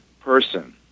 Person